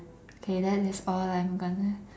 okay that is all I'm gonna